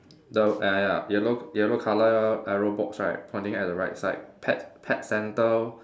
the uh ya ya yellow yellow colour arrow box right pointing at the right side pet pet centre